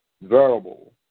variable